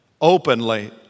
openly